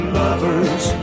lovers